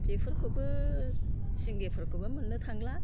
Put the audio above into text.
बेफोरखौबो सिंगि फोरखौबो मोननो थांला